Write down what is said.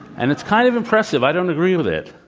and it's kind of impressive. i don't agree with it.